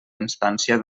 instància